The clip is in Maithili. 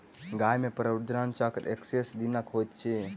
गाय मे प्रजनन चक्र एक्कैस दिनक होइत अछि